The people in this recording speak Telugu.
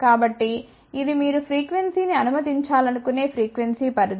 కాబట్టి ఇది మీరు ఫ్రీక్వెన్సీ ని అనుమతించాలనుకునే ఫ్రీక్వెన్సీ పరిధి